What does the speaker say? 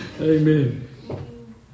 Amen